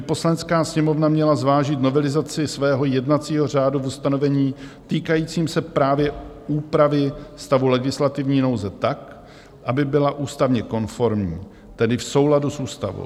Poslanecká sněmovna měla zvážit novelizaci svého jednacího řádu v ustanovení týkajícím se právě úpravy stavu legislativní nouze tak, aby byla ústavně konformní, tedy v souladu s ústavou.